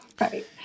Right